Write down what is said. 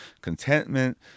contentment